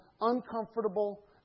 uncomfortable